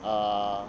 err